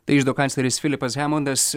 tai iždo kancleris filipas hemondas